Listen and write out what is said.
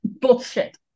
bullshit